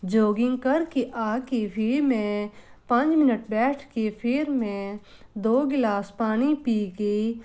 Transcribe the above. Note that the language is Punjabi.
ਜੋਗਿੰਗ ਕਰਕੇ ਆ ਕੇ ਫਿਰ ਮੈਂ ਪੰਜ ਮਿਨਟ ਬੈਠ ਕੇ ਫਿਰ ਮੈਂ ਦੋ ਗਿਲਾਸ ਪਾਣੀ ਪੀ ਕੇ